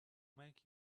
make